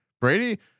Brady